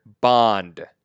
bond